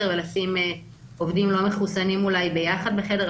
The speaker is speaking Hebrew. ולשים עובדים לא מחוסנים אולי ביחד בחדר.